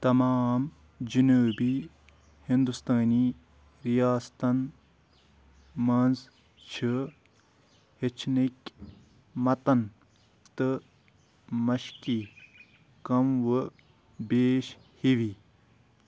تمام جنوٗبی ہندُستٲنی ریاستن منٛز چھِ ہیٚچھنٕکۍ متَن تہٕ مشقی کم وٕ بیش ہِوِی